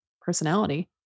personality